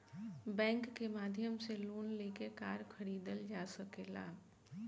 bank के माध्यम से लोन लेके कार खरीदल जा सकेला